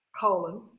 colon